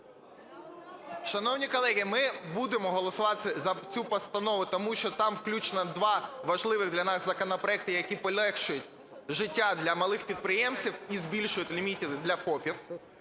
Шановні колеги, ми будемо голосувати за цю постанову, тому що там включено два важливих для нас законопроекти, які полегшують життя для малих підприємців і збільшують ліміти для ФОПів.